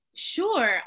Sure